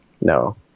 No